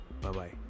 Bye-bye